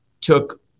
took